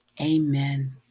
Amen